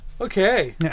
Okay